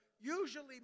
usually